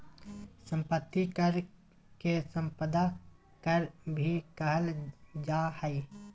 संपत्ति कर के सम्पदा कर भी कहल जा हइ